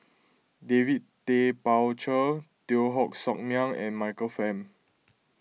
David Tay Poey Cher Teo Koh Sock Miang and Michael Fam